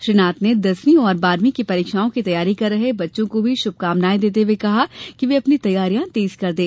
श्री नाथ ने दसवीं और बारहवीं की परीक्षाओं की तैयारी कर रहे बच्चों को भी शुभकामनाएँ देते हए कहा कि वे अपनी तैयारियां तेज कर दें